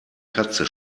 katze